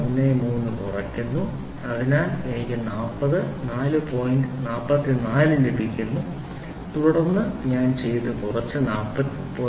130 കുറയ്ക്കുന്നു അതിനാൽ എനിക്ക് 40 നാല് പോയിന്റ് 44 പോയിന്റ് ലഭിക്കുന്നു തുടർന്ന് ഞാൻ ചെയ്യുന്നത് കുറയ്ക്കുക 4